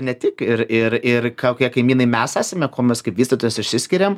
ne tik ir kokie kaimynai mes esame kuom mes kaip vystytojas išsiskiriam